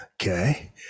okay